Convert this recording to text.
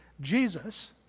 Jesus